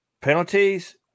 Penalties